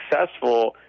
successful